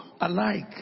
alike